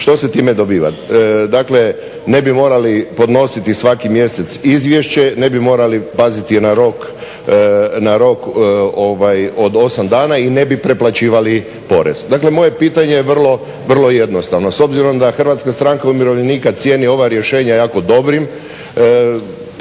Što se time dobiva? Dakle, ne bi morali podnositi svaki mjesec izvješće, ne bi morali paziti na rok od 8 dana i ne bi preplaćivali porez. Dakle, moje pitanje je vrlo jednostavno, s obzirom da HSU ocjenjuje ova rješenja jako dobrim